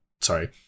sorry